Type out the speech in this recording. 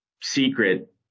secret